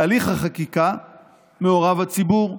בהליך החקיקה מעורב הציבור,